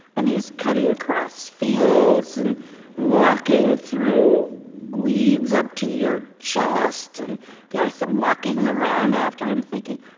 and he's cutting across fields and walking through weeds up to your chest, and you're so walking around after him, thinking,